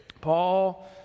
Paul